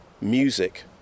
music